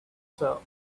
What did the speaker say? sir